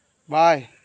वाह्य